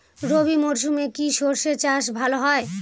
রবি মরশুমে কি সর্ষে চাষ ভালো হয়?